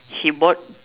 he bought